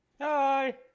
hi